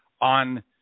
on –